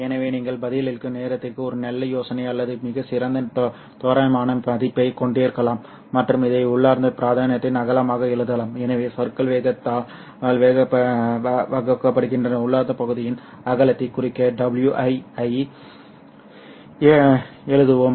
எனவே நீங்கள் பதிலளிக்கும் நேரத்திற்கு ஒரு நல்ல யோசனை அல்லது மிகச் சிறந்த தோராயமான மதிப்பைக் கொண்டிருக்கலாம் மற்றும் இதை உள்ளார்ந்த பிராந்தியத்தின் அகலமாக எழுதலாம் எனவே சறுக்கல் வேகத்தால் வகுக்கப்பட்டுள்ள உள்ளார்ந்த பகுதியின் அகலத்தைக் குறிக்க WI ஐ எழுதுவோம்